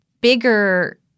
bigger